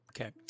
Okay